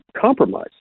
compromise